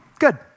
good